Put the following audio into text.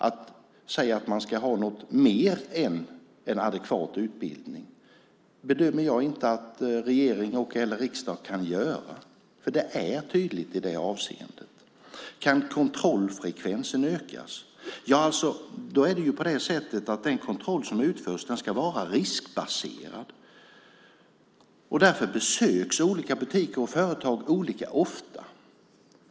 Att säga att man ska ha något mer än en adekvat utbildning bedömer jag inte att regering eller riksdag kan göra. Det är redan tydligt i det avseendet. Kan kontrollfrekvensen ökas? Den kontroll som utförs ska vara riskbaserad. Därför besöks olika butiker och företag olika ofta.